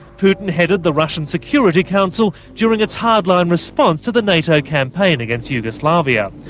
putin headed the russian security council during its hardline response to the nato campaign against yugoslavia.